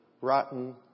rotten